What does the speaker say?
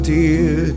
dear